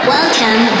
Welcome